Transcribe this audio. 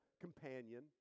companion